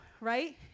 right